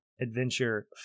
adventure